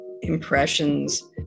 impressions